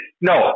No